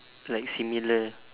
like similar